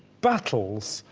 battles,